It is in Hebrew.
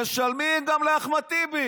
משלמים גם לאחמד טיבי